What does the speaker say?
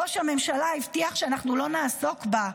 ראש הממשלה הבטיח שאנחנו לא נעסוק בה.